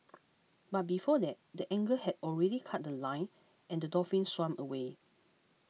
but before that the angler had already cut The Line and the dolphin swam away